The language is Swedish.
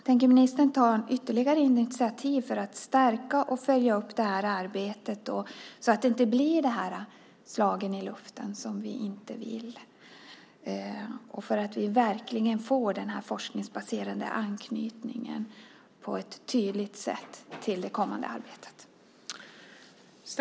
Tänker ministern ta ytterligare initiativ för att stärka och följa upp arbetet, så att det inte blir slag i luften som vi inte vill ha och så att vi verkligen på ett tydligt sätt får denna forskningsbaserade anknytning till det kommande arbetet?